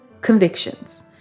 convictions